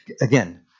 Again